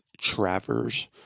Travers